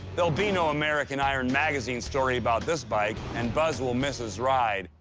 there'll be no american iron magazine story about this bike, and buzz will miss his ride.